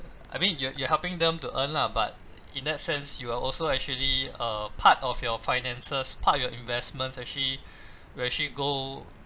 I mean you're you're helping them to earn lah but in that sense you are also actually uh part of your finances part of your investments actually will actually go